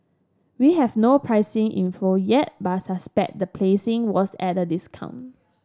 we have no pricing info yet but suspect the placing was at a discount